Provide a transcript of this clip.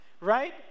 right